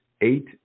eight